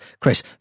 Chris